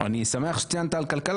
אני שמח שציינת על כלכלה.